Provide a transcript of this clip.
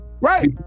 right